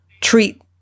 treat